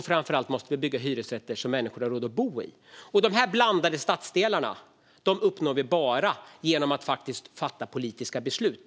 Framför allt måste det byggas hyresrätter som människor har råd att bo i. Blandade stadsdelar uppnår vi bara genom att fatta politiska beslut.